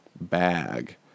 bag